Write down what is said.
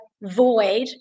void